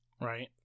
Right